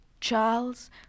Charles